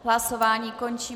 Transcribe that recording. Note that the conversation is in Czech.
Hlasování končím.